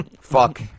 Fuck